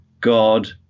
god